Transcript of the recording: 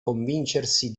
convincersi